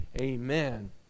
Amen